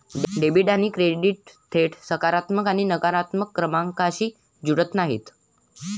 debit आणि credit थेट सकारात्मक आणि नकारात्मक क्रमांकांशी जुळत नाहीत